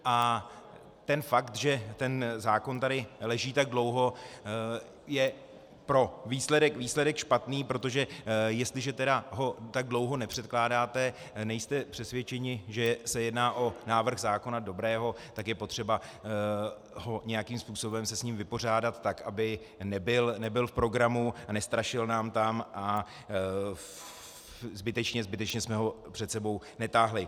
A fakt, že zákon tady leží tak dlouho, je pro výsledek špatný, protože jestliže ho tak dlouho nepředkládáte, nejste přesvědčeni, že se jedná o návrh zákona dobrého, tak je potřeba nějakým způsobem se s ním vypořádat tak, aby nebyl v programu a nestrašil nám tam a zbytečně jsme ho před sebou netáhli.